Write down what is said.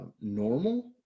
normal